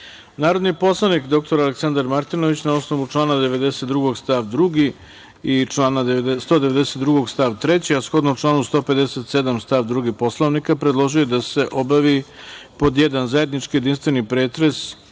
poslanik dr Aleksandar Martinović na osnovu člana 92. stav 2. i člana 192. stav 3. a shodno članu 157. stav 2 Poslovnika predložio je da se obavi, pod jedan zajednički jedinstveni pretres